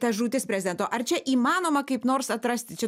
ta žūtis prezidento ar čia įmanoma kaip nors atrasti čia